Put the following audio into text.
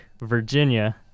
Virginia